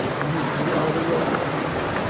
you who are the roman people,